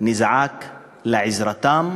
נזעק לעזרתן,